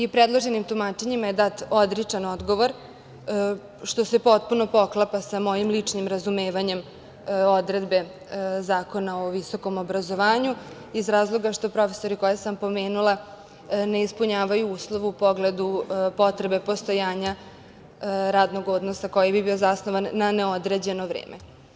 Predloženim tumačenjima je dat odričan odgovor, što se potpuno poklapa sa mojim ličnim razumevanjem odredbe Zakona o visokom obrazovanju, iz razloga što profesori koje sam pomenula ne ispunjavaju uslove u pogledu potrebe postojanja radnog odnosa koji bi bio zasnovan na neodređeno vreme.